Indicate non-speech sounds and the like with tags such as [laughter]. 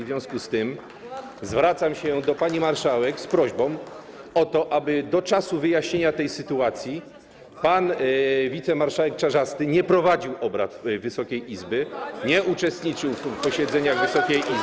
W związku z tym zwracam się do pani marszałek z prośbą o to, [applause] aby do czasu wyjaśnienia tej sytuacji pan wicemarszałek Czarzasty nie prowadził obrad Wysokiej Izby, nie uczestniczył w posiedzeniach Wysokiej Izby.